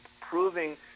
proving